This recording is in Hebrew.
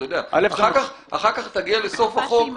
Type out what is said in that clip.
אתה יודע, אחר כך תגיע לסוף החוק ----- כן,